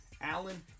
Allen